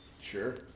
Sure